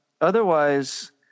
otherwise